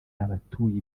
abatuye